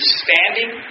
standing